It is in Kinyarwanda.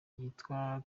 yitwa